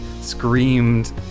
screamed